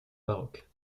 baroque